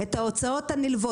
את ההוצאות הנלוות.